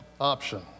option